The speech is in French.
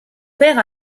père